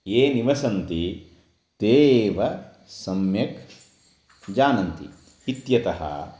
ये निवसन्ति ते एव सम्यक् जानन्ति इत्यतः